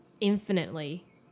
infinitely